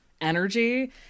energy